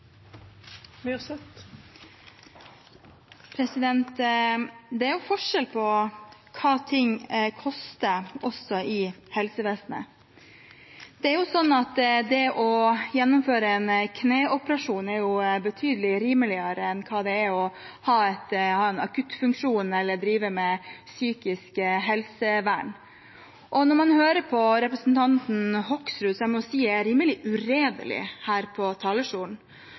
Det er forskjell på hva ting koster, også i helsevesenet. Det å gjennomføre en kneoperasjon er betydelig rimeligere enn å ha en akuttfunksjon eller drive med psykisk helsevern. Og representanten Hoksrud er rimelig uredelig her på talerstolen, må jeg si, når han sier at de som er